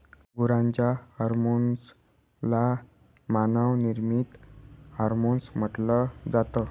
गुरांच्या हर्मोन्स ला मानव निर्मित हार्मोन्स म्हटल जात